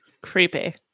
creepy